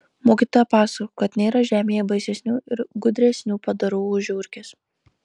mokytoja pasakojo kad nėra žemėje baisesnių ir gudresnių padarų už žiurkes